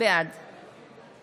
בעד